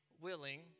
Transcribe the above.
willing